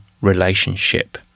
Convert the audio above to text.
relationship